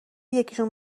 یکیشون